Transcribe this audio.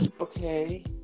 okay